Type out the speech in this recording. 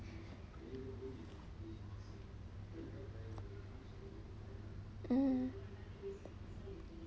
mm